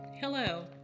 Hello